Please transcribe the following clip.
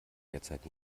derzeit